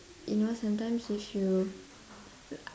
you know sometimes you